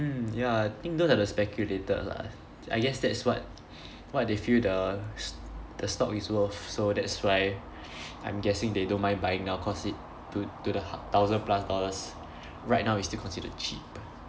mm ya I think those are the speculated lah I guess that's what what they feel the s~ the stock is worth so that's why I'm guessing they don't mind buying now cause it to to the thousand plus dollars right now it's still considered cheap